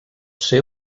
ser